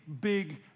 big